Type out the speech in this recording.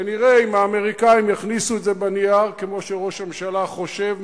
ונראה אם האמריקנים יכניסו את זה בנייר כמו שראש הממשלה חושב,